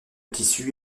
tissu